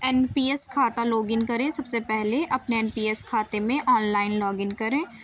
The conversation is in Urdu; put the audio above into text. این پی ایس کھاتا لاگن کریں سب سے پہلے اپنے این پی ایس کھاتے میں آنلائن لاگن کریں